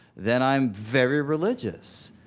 then i'm very religious